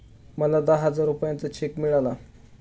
मला दहा हजार रुपयांचा चेक मिळाला